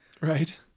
right